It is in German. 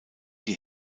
die